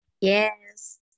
Yes